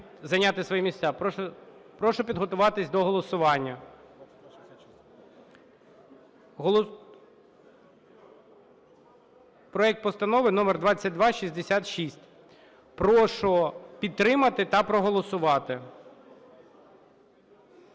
зайняти свої місця, прошу підготуватися до голосування. Проект Постанови номер 2266 прошу підтримати та проголосувати.